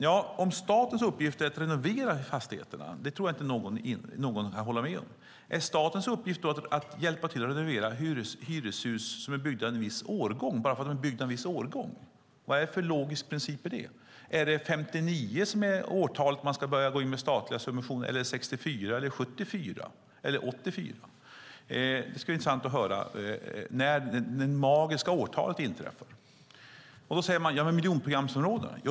Jag tror inte att någon tycker att det är statens uppgift att renovera fastigheterna. Är statens uppgift att hjälpa till att renovera hyreshus som är byggda ett visst år? Vad är det för logisk princip? Är det 1959 som är det årtal som gäller för att man ska gå in med statliga subventioner? Är det 1964, 1974 eller 1984? Det skulle vara intressant att höra vilket som är det magiska årtalet. Då nämner man miljonprogramsområdena.